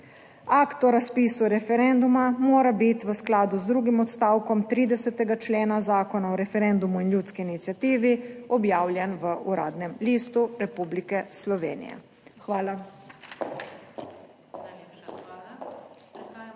Akt o razpisu referenduma mora biti v skladu z drugim odstavkom 30. člena Zakona o referendumu in ljudski iniciativi objavljen v Uradnem listu Republike Slovenije. Hvala.